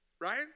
right